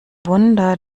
wunder